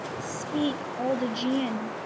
speak, old aegeon,